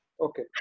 Okay